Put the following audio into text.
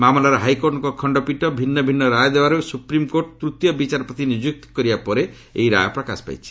ମାମଲାରେ ହାଇକୋର୍ଟଙ୍କ ଖଣ୍ଡପୀଠ ଭିନ୍ନ ଭିନ୍ନ ରାୟ ଦେବାରୁ ସୁପ୍ରିମ୍କୋର୍ଟ ତୂତୀୟ ବିଚାରପତି ନିଯୁକ୍ତ କରିବା ପରେ ଏହି ରାୟ ପ୍ରକାଶ ପାଇଛି